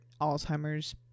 Alzheimer's